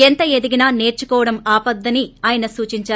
ఎంత ఎదిగినా సేర్సుకోవడం ఆపొద్దని ఆయన సూచించారు